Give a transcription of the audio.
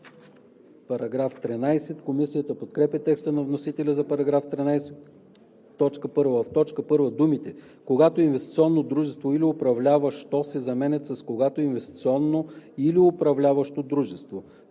за § 12. Комисията подкрепя текста на вносителя за § 13, като: „1. В т. 1 думите „Когато инвестиционно дружество или управляващо“ се заменят с „Когато инвестиционно или управляващо дружество“.